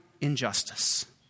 injustice